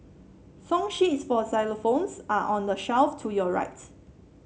song sheets for xylophones are on the shelf to your right